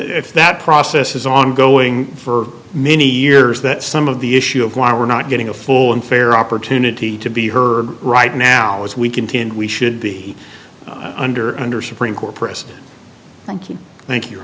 if that process is ongoing for many years that some of the issue of why we're not getting a full and fair opportunity to be her right now as we continue we should be under under supreme court precedent thank you thank you